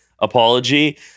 apology